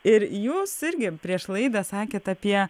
ir jūs irgi prieš laidą sakėt apie